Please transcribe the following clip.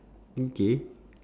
okay